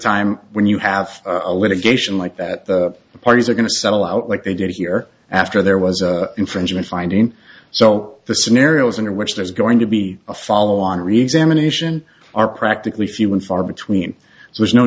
time when you have a litigation like that the parties are going to settle out like they did here after there was an infringement finding so the scenarios under which there's going to be a follow on resume anation are practically few and far between so there's no